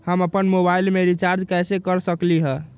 हम अपन मोबाइल में रिचार्ज कैसे कर सकली ह?